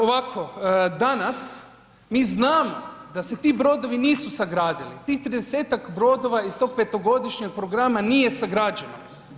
Ovako, danas mi znamo da se ti brodovi nisu sagradili, tih 30-tak brodova iz tog 5-godišnjeg programa nije sagrađeno.